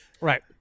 right